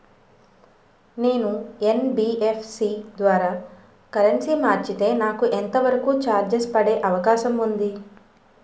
నేను యన్.బి.ఎఫ్.సి ద్వారా కరెన్సీ మార్చితే నాకు ఎంత వరకు చార్జెస్ పడే అవకాశం ఉంది?